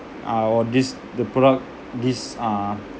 uh or this the product this uh